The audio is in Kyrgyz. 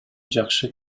жакшы